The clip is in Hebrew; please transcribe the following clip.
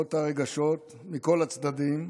למרות הרגשות מכל הצדדים,